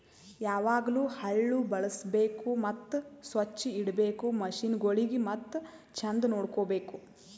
ಯಾವಾಗ್ಲೂ ಹಳ್ಳು ಬಳುಸ್ಬೇಕು ಮತ್ತ ಸೊಚ್ಚ್ ಇಡಬೇಕು ಮಷೀನಗೊಳಿಗ್ ಮತ್ತ ಚಂದ್ ನೋಡ್ಕೋ ಬೇಕು